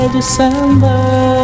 December